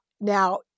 now